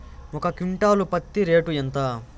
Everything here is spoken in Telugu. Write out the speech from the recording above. ఒక క్వింటాలు పత్తి రేటు ఎంత?